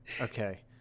Okay